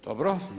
Dobro.